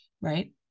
right